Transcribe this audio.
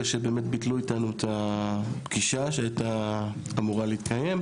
שבאמת ביטלו איתנו את הפגישה שהייתה אמורה להתקיים.